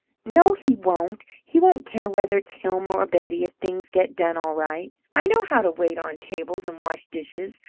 no, he won't. he won't care whether it's hilma or betty, if things get done all right. i know how to wait on table and wash dishes.